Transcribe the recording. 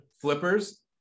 Flippers